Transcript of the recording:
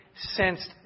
sensed